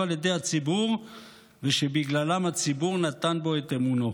על ידי הציבור ושבגללם הציבור נתן בו את אמונו.